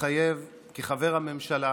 מתחייב כחבר הממשלה